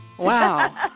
Wow